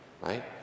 right